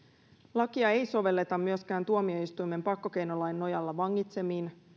lakia ei sovelleta myöskään tuomioistuimen pakkokeinolain nojalla vangitsemiin